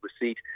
receipt